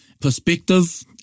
perspective